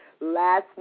Last